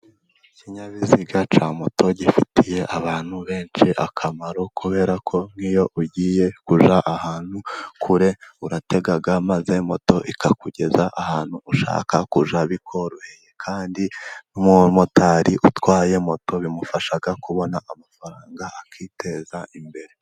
Ikinyabiziga cya moto gifitiye abantu benshi akamaro, kubera ko nk'iyo ugiye kuzajya ahantu kure, uratega maze moto ikakugeza ahantu ushaka kujya bikoroheye, kandi n'umumotari utwaye moto bimufasha kubona amafaranga akiteza imbere.